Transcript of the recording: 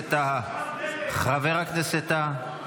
--- חבר הכנסת טאהא.